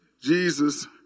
Jesus